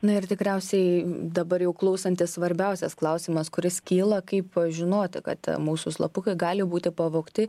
na ir tikriausiai dabar jau klausantis svarbiausias klausimas kuris kyla kaip žinoti kad mūsų slapukai gali būti pavogti